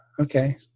Okay